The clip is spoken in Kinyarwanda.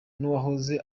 n’uwahoze